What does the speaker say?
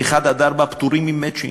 ב-1 4 פטורים ממצ'ינג.